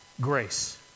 grace